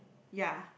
ya